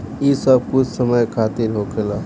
ई बस कुछ समय खातिर होखेला